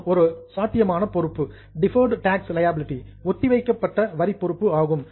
மற்றும் ஒரு சாத்தியமான பொறுப்பு டிஃபர்டு டாக்ஸ் லியாபிலிடி ஒத்திவைக்கப்பட்ட வரி பொறுப்பு ஆகும்